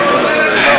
איך הוא עושה לך את זה.